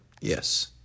Yes